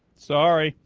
sorry